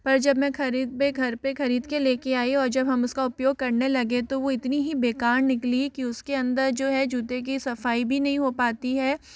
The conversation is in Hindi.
पर जब मैं खरीद जब मैं घर पे खरीद के लेके आई और जब हम उसका उपयोग करने लगे तो वो इतनी ही बेकार निकली कि उसके अंदर जो है जूते की सफ़ाई भी नहीं हो पाती है